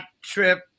trip